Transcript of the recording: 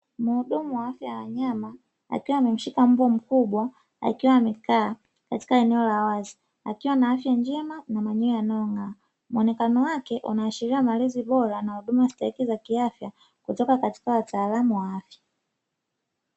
Muhudumu wa afya ya wanyama akiwa amemshika mbwa mkubwa, akiwa amekaa katika eneo la wazi akiwa na afya njema na manyoya yanayong'aa, muonekano wake unaashiria malezi bora na huduma stahiki za kiafya, kutoka katika wataalamu wa afya.